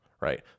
right